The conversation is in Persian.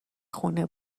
خونه